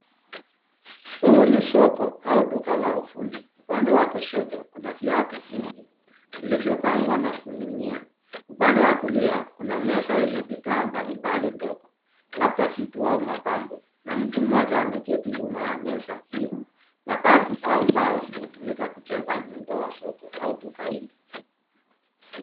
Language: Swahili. Huu ni soko au duka la ufundi. Upande wa kushoto kuna viatu vingi vilivyopangwa na kuning'inia. Upande wa kulia kuna meza yenye bidhaa mbalimbali ndogo labda vitu au mapambo na mtu mmoja ameketi nyuma ya meza hio. Mabati au mbao zimetumika kujenga muundo wa soko au duka hili.